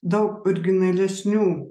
daug originalesnių